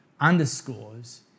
underscores